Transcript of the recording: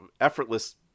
effortless